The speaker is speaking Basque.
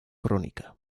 kronika